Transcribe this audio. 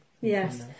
yes